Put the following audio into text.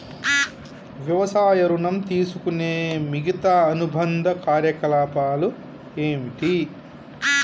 వ్యవసాయ ఋణం తీసుకునే మిగితా అనుబంధ కార్యకలాపాలు ఏమిటి?